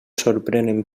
sorprenen